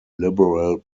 liberal